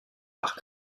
par